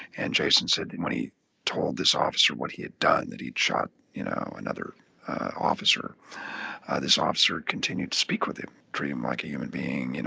and jason said, and when he told this officer what he had done, that he'd shot, you know, another officer this officer continued to speak with him. treat him like a human being, you know,